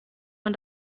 man